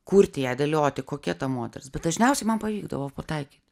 kurti ją dėlioti kokia ta moteris bet dažniausiai man pavykdavo pataikyt